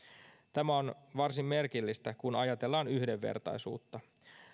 tämä on varsin merkillistä kun ajatellaan yhdenvertaisuutta